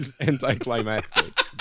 anticlimactic